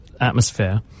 atmosphere